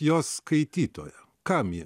jos skaitytoją kam ji